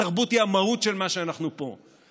התרבות היא המהות של מה שאנחנו פה,